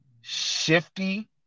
shifty